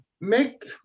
make